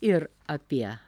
ir apie